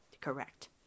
Correct